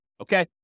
Okay